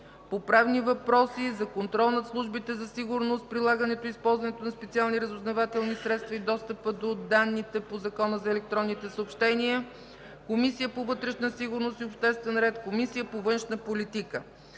по правни въпроси, Комисията за контрол над службите за сигурност, прилагането и използването на специалните разузнавателни средства и достъпа до данните по Закона за електронните съобщения, Комисията по вътрешна сигурност и обществен ред и Комисията по външна политика.